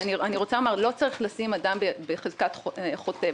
לא צריך לשים אדם בחזקת חוטא.